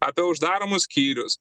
apie uždaromus skyrius